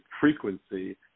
frequency